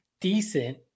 decent